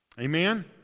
Amen